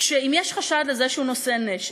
אם יש חשד לזה שהוא נושא נשק.